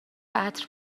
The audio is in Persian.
عطر